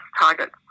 targets